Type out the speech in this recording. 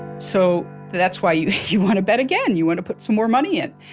so, that's why you you want to bet again, you want to put some more money in,